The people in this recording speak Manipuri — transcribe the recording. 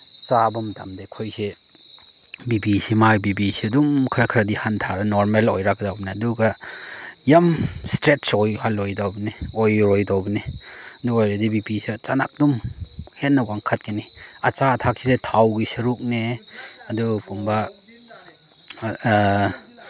ꯆꯥꯕ ꯃꯇꯝꯗ ꯑꯩꯈꯣꯏꯁꯦ ꯕꯤ ꯄꯤꯁꯦ ꯃꯥꯏ ꯕꯤ ꯄꯤꯁꯦ ꯑꯗꯨꯝ ꯈꯔ ꯈꯔꯗꯤ ꯍꯟꯊꯔꯒ ꯅꯣꯔꯃꯦꯜ ꯑꯣꯏꯔꯛꯀꯗꯧꯕꯅꯦ ꯑꯗꯨꯒ ꯌꯥꯝ ꯏꯁꯇ꯭ꯔꯦꯠꯁ ꯑꯣꯏꯍꯜꯂꯣꯏꯗꯕꯅꯦ ꯑꯣꯏꯔꯣꯏꯗꯧꯕꯅꯦ ꯑꯗꯨ ꯑꯣꯏꯔꯗꯤ ꯕꯤ ꯄꯤꯁꯦ ꯆꯥꯅ ꯑꯗꯨꯝ ꯍꯦꯟꯅ ꯋꯥꯡꯈꯠꯀꯅꯤ ꯑꯆꯥ ꯑꯊꯛꯁꯤꯗ ꯊꯥꯎꯒꯤ ꯁꯔꯨꯛꯅꯦ ꯑꯗꯨꯒꯨꯝꯕ